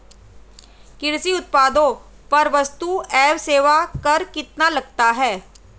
कृषि उत्पादों पर वस्तु एवं सेवा कर कितना लगता है?